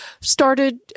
started